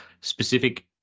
specific